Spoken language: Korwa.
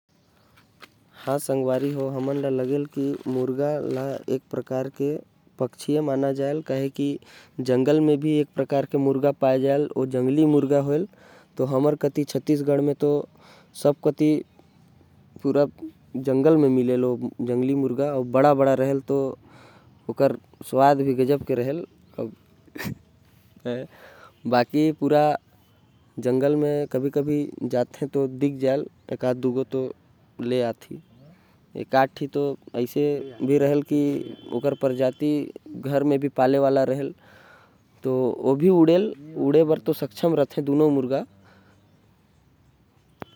मुर्गा ल पक्षिये मानना सही हवे काबर की ओहो हर उड़थे। ओकरो पास पंख होथे। हमर छत्तीसगढ़ म जंगली मुर्गा भी मिलथे। तो मोर हिसाब से तो मुर्गा ला पक्षी बोलना सही होही।